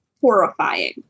horrifying